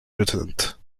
lieutenant